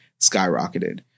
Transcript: skyrocketed